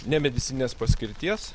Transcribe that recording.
nemedicininės paskirties